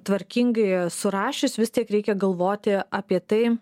tvarkingai surašius vis tiek reikia galvoti apie tai